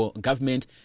Government